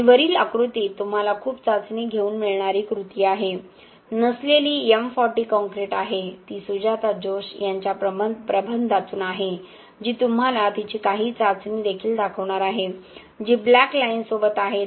आणि वरील आकृतीत तुम्हाला खूप चाचणी घेऊन मिळणारी कृती आहे नसलेली M40 कॉंक्रिट आहे ती सुजाता जोश यांच्या प्रबंधातून आहे जी तुम्हाला तिची काही चाचणी देखील दाखवणार आहे जी ब्लॅक लाइन सोबत आहे